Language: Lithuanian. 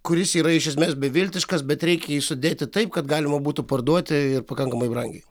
kuris yra iš esmės beviltiškas bet reikia jį sudėti taip kad galima būtų parduoti ir pakankamai brangiai